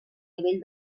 nivell